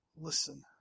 listen